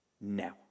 now